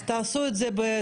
אז תעשו את זה בצורה